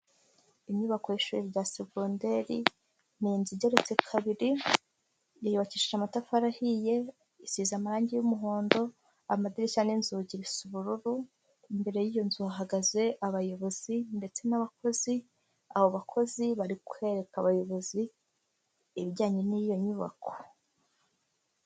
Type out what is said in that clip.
Inyubako y'ishuri rya segonderi ni inzu igeretse kabiri yubakishije amatafari ahiye, isize amarange y'umuhondo, amadirishya n'inzugi bisa ubururu, imbere y'iyo nzu hahagaze abayobozi ndetse n'abakozi, abo bakozi bari kwereka abayobozi ibijyanye n'iyo nyubako.